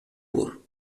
pur